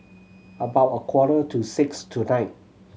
about a quarter to six tonight